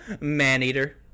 Maneater